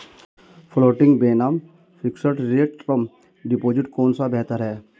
Floating बनाम fixed rate term deposit कौन सा बेहतर है?